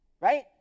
Right